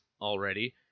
already